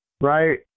right